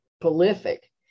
prolific